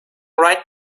right